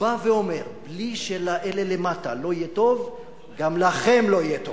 בא ואומר: בלי שלאלה שלמטה יהיה טוב גם לכם לא יהיה טוב.